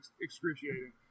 excruciating